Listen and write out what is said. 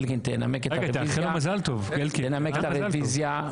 אלקין, תנמק את הרוויזיה.